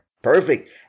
Perfect